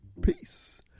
Peace